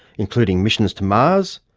including missions to mars,